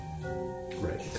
Right